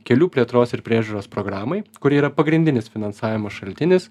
kelių plėtros ir priežiūros programai kuri yra pagrindinis finansavimo šaltinis